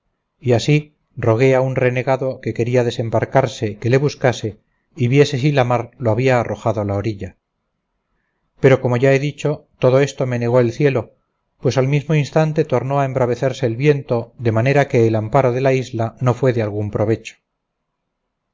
y así rogué a un renegado que quería desembarcarse que le buscase y viese si la mar lo había arrojado a la orilla pero como ya he dicho todo esto me negó el cielo pues al mismo instante tornó a embravecerse el viento de manera que el amparo de la isla no fue de algún provecho